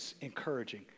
encouraging